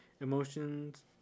Emotions